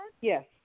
Yes